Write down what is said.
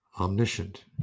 omniscient